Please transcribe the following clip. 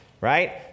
Right